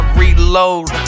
reload